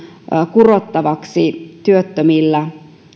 kurottavaksi työttömille